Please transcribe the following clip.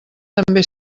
també